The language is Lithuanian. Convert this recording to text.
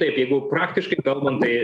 taip jeigu praktiškai kalbant tai